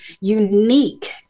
unique